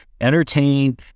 entertain